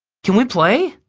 can we play?